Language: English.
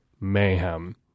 mayhem